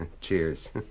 cheers